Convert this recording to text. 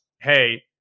hey